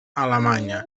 alemanya